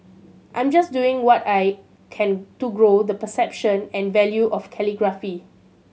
I'm just doing what I can to grow the perception and value of calligraphy